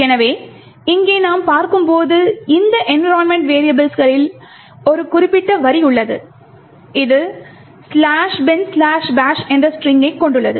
எனவே இங்கே நாம் பார்க்கும்போது இந்த என்விரோன்மெண்ட் வெரியபிள்ஸ்களில் ஒரு குறிப்பிட்ட வரி உள்ளது இது "binbash"என்ற ஸ்ட்ரிங்கை கொண்டது